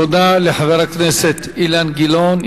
תודה לחבר הכנסת אילן גילאון.